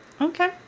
Okay